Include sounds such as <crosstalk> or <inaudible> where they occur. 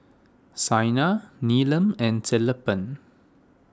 Saina Neelam and <unintelligible>